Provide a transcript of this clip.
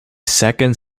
second